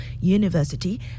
University